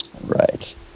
Right